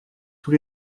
tous